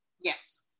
yes